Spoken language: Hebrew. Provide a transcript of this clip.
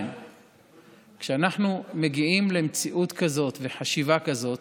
כשאנחנו מגיעים למציאות כזאת וחשיבה כזאת,